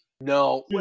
no